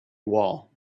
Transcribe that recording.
wall